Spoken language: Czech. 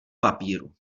papíru